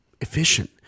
efficient